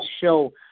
show